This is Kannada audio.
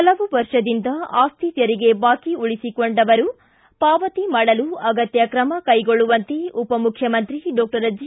ಹಲವು ವರ್ಷದಿಂದ ಆಸ್ತಿ ತೆರಿಗೆ ಬಾಕಿ ಉಳಿಸಿಕೊಂಡವರು ಪಾವತಿ ಮಾಡಲು ಅಗತ್ತ ಕ್ರಮ ಕೈಗೊಳ್ಳುವಂತೆ ಉಪಮುಖ್ಯಮಂತ್ರಿ ಡಾಕ್ಟರ್ ಜಿ